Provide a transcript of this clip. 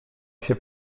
się